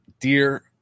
Dear